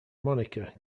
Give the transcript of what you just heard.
monica